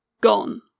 gone